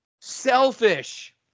Selfish